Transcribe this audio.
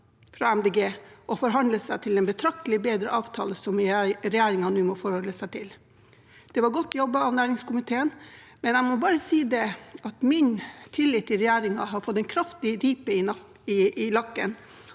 Grønne, å forhandle seg til en betraktelig bedre avtale som regjeringen nå må forholde seg til. Det er godt jobbet av næringskomiteen, men jeg må bare si at min tillit til regjeringen har fått en kraftig ripe i lakken.